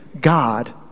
God